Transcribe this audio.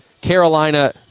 Carolina